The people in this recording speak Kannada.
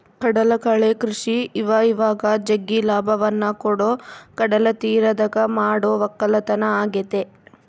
ಕಡಲಕಳೆ ಕೃಷಿ ಇವಇವಾಗ ಜಗ್ಗಿ ಲಾಭವನ್ನ ಕೊಡೊ ಕಡಲತೀರದಗ ಮಾಡೊ ವಕ್ಕಲತನ ಆಗೆತೆ